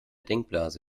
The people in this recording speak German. denkblase